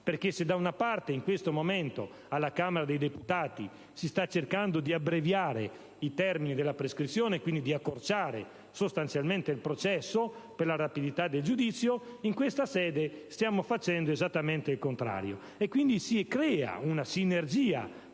perché, se da una parte, in questo momento, alla Camera dei deputati si sta cercando di abbreviare i termini della prescrizione, quindi di accorciare sostanzialmente il processo per la rapidità del giudizio, in questa sede stiamo facendo esattamente il contrario; si crea quindi una sinergia